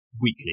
weekly